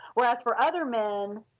well as for other men,